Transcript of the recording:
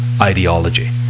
ideology